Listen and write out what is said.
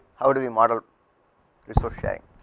how do you model resource shine,